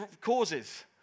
causes